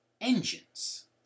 engines